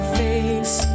face